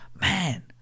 man